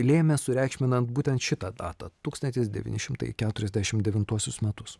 lėmė sureikšminant būtent šitą datą tūkstantis devyni šimtai keturiasdešimt devintuosius metus